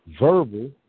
verbal